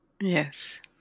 Yes